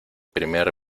primer